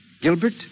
Gilbert